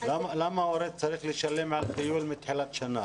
למה הורה צריך לשלם על טיול מתחילת השנה?